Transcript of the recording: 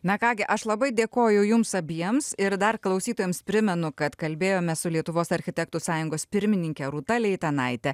na ką gi aš labai dėkoju jums abiems ir dar klausytojams primenu kad kalbėjome su lietuvos architektų sąjungos pirmininke rūta leitenaite